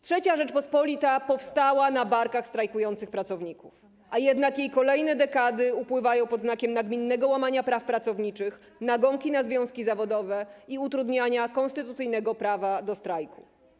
III Rzeczpospolita powstała na barkach strajkujących pracowników, a jednak jej kolejne dekady upływają pod znakiem nagminnego łamania praw pracowniczych, nagonki na związki zawodowe i utrudniania konstytucyjnego prawa do strajku.